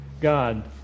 God